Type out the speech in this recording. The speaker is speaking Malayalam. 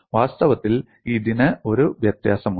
വാസ്തവത്തിൽ ഇതിന് ഒരു വ്യത്യാസമുണ്ട്